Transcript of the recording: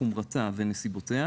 חומרתה ונסיבותיה,